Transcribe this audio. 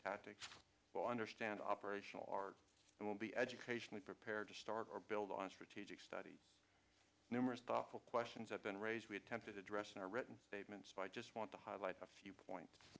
tactics will understand operational are and will be educationally prepared to start or build on strategic studies numerous thoughtful questions have been raised we attempted address in a written statement so i just want to highlight a few points